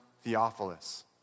Theophilus